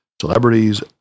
celebrities